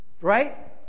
Right